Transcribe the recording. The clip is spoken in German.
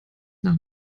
nach